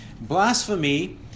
Blasphemy